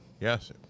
Yes